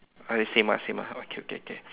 ah the same ah same ah okay okay okay